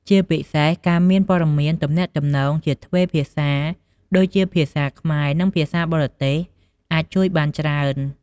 ជាពិសេស ការមានព័ត៌មានទំនាក់ទំនងជាទ្វេភាសា ដូចជា ភាសាខ្មែរ និងភាសាបរទេស អាចជួយបានច្រើន។